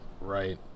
Right